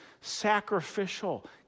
sacrificial